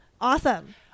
awesome